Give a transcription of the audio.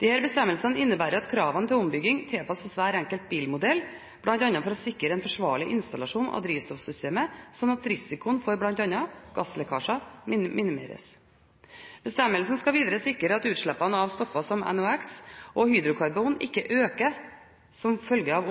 Disse bestemmelsene innebærer at kravene til ombygging tilpasses hver enkelt bilmodell, bl.a. for å sikre en forsvarlig installasjon av drivstoffsystemet, slik at risikoen for bl.a. gasslekkasjer minimeres. Bestemmelsene skal videre sikre at utslippene av stoffer som NOx og hydrokarbon ikke øker som en følge av